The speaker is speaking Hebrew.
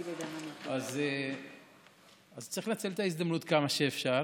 אז צריך לנצל את ההזדמנות כמה שאפשר.